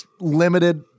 limited